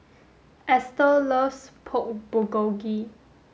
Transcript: Estel loves Pork Bulgogi